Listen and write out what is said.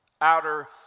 outer